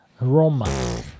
Roma